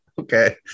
okay